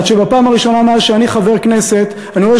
עד שבפעם הראשונה מאז שאני חבר כנסת אני רואה